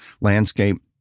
landscape